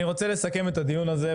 אני רוצה לסכם את הדיון הזה,